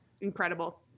incredible